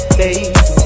baby